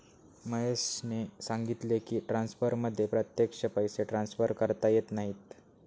महेशने सांगितले की, ट्रान्सफरमध्ये प्रत्यक्ष पैसे ट्रान्सफर करता येत नाहीत